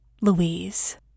Louise